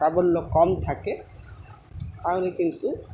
প্রাবল্য কম থাকে তাহলে কিন্তু